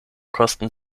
kosten